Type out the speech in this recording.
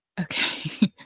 Okay